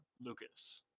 Lucas